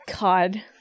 God